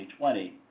2020